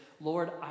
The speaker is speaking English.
Lord